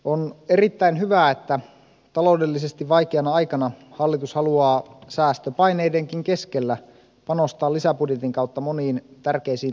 on erittäin hyvä että taloudellisesti vaikeana aikana hallitus haluaa säästöpaineidenkin keskellä panostaa lisäbudjetin kautta moniin tärkeisiin tarkoituksiin